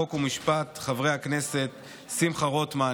חוק ומשפט: חברי הכנסת שמחה רוטמן,